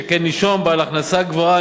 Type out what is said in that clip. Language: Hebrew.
שכן נישום בעל הכנסה גבוהה,